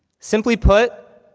simply put,